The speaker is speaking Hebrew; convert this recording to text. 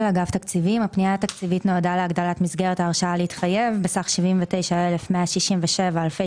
הפנייה התקציבית נועדה להגדלת מסגרת ההרשאה להתחייב בסך 79,167 אלפי